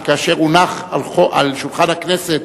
שכאשר הונחו על שולחן הכנסת,